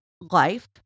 life